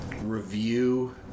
review